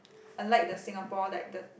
unlike the Singapore like the